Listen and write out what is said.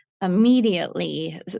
Immediately